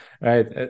right